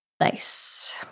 Nice